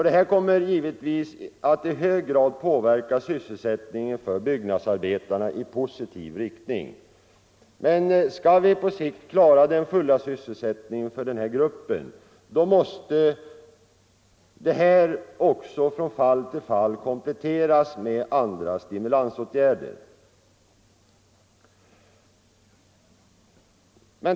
Detta kommer givetvis att i hög grad påverka sysselsättningen för byggnadsarbetarna i positiv riktning. Men skall vi klara den fulla sysselsättningen för denna grupp måste detta från fall till fall kompletteras med andra stimulansåtgärder.